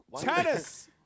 Tennis